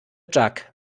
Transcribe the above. jug